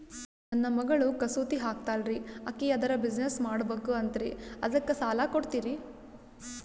ನನ್ನ ಮಗಳು ಕಸೂತಿ ಹಾಕ್ತಾಲ್ರಿ, ಅಕಿ ಅದರ ಬಿಸಿನೆಸ್ ಮಾಡಬಕು ಅಂತರಿ ಅದಕ್ಕ ಸಾಲ ಕೊಡ್ತೀರ್ರಿ?